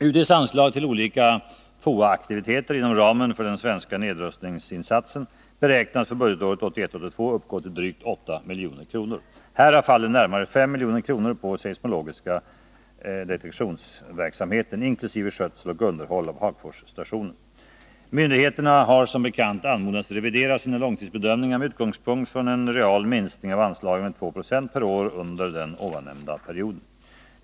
UD:s anslag till olika FOA-aktiviteter inom ramen för de svenska nedrustningsinsatserna beräknas för budgetåret 1981/82 uppgå till drygt 8 milj.kr. Härav faller närmare 5 milj.kr. på seismologisk detektionsverksamhet, inkl. skötsel och underhåll av Hagforsstationen. Myndigheterna har som bekant anmodats revidera sina långtidsbedömningar med utgångspunkt från en real minskning av anslagen med 2 96 per år under den nämnda perioden.